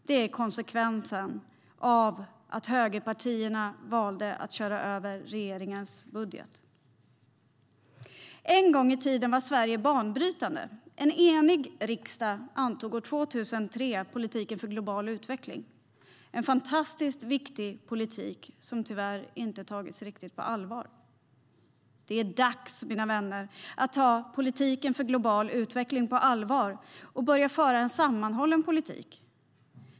Det är konsekvensen av att högerpartierna valde att köra över regeringens budget. En gång i tiden var Sverige banbrytande. En enig riksdag antog år 2003 politiken för global utveckling. Det var en fantastiskt viktig politik som tyvärr inte tagits riktigt på allvar. Det är dags, mina vänner, att ta politiken för global utveckling på allvar och börja föra en sammanhållen politik.